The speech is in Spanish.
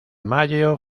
mayo